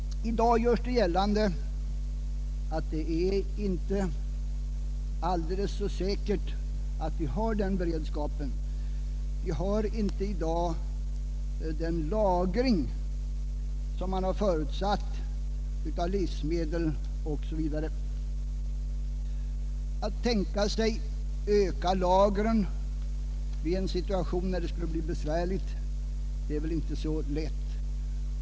I dag görs det gällande att det inte är alldeles säkert att vi har den beredskapen. Vi har inte i dag det lager av livsmedel som förutsatts. Att öka lagren i en situation när det blir besvärligt är väl inte så lätt.